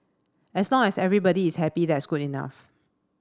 as long as everybody is happy that's good enough